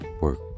Work